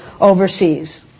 overseas